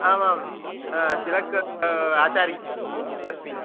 आमां तिलकः आचार्यः अस्मि